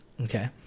okay